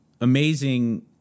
amazing